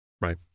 Right